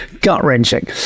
gut-wrenching